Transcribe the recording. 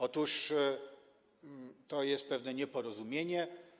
Otóż to jest pewne nieporozumienie.